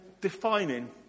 defining